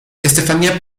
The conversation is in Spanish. estefanía